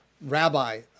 rabbi